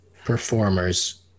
performers